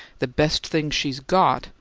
the best things she's got!